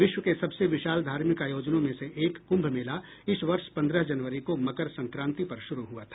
विश्व के सबसे विशाल धार्मिक आयोजनों में से एक कुंभ मेला इस वर्ष पंद्रह जनवरी को मकरसंक्रांति पर शुरू हुआ था